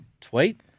tweet